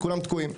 כולם תקועים.